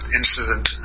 incident